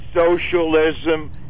socialism